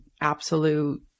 absolute